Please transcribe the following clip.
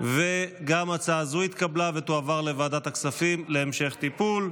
גם הצעה הזו התקבלה ותועבר לוועדת הכספים להמשך טיפול.